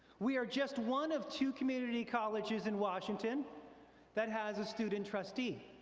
we are just one of two community colleges in washington that has a student trustee.